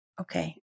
okay